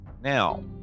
Now